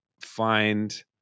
find